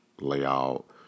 layout